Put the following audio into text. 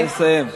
לסיים.